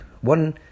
One